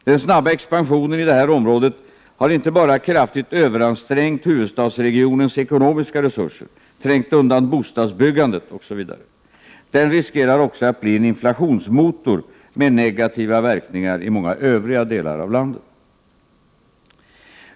Den snabba expansionen i detta område har inte bara kraftigt överansträngt huvudstadsregionens ekonomiska resurser, trängt undan bostadsbyggandet osv. Den riskerar också att bli en inflationsmotor med negativa verkningar i många andra delar av landet.